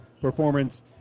performance